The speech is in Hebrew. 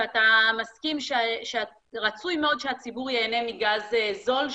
ברור שאתה מסכים שרצוי מאוד שהציבור ייהנה מגז זול,